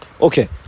Okay